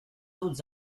autres